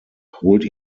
holt